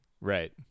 Right